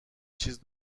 چیز